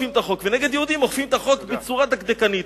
ונגד יהודים אוכפים את החוק בצורה דקדקנית.